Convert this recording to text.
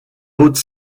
haute